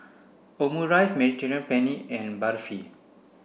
Omurice Mediterranean Penne and Barfi